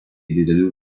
didelių